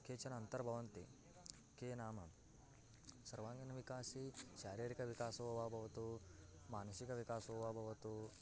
केचन अन्तर्भवन्ति के नाम सर्वाङ्गीनविकासे शारीरिकविकासः वा भवतु मानसिकविकासः वा भवतु